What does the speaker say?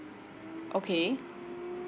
okay